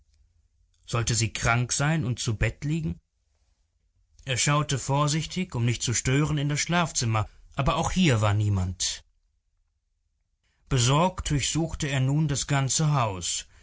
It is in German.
sollte sie krank sein und zu bett liegen er schaute vorsichtig um nicht zu stören in das schlafzimmer aber auch hier war niemand besorgt durchsuchte er nun das ganze haus